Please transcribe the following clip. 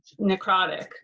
necrotic